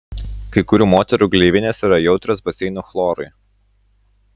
kai kurių moterų gleivinės yra jautrios baseinų chlorui